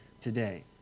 today